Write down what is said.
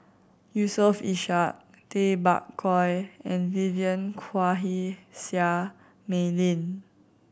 Yusof Ishak Tay Bak Koi and Vivien Quahe Seah Mei Lin